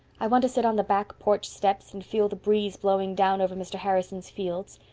i want to sit on the back porch steps and feel the breeze blowing down over mr. harrison's fields.